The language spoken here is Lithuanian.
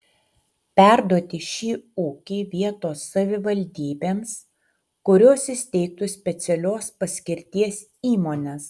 perduoti šį ūkį vietos savivaldybėms kurios įsteigtų specialios paskirties įmones